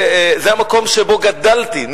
זה המקום שבו גדלתי,